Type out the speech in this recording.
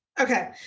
Okay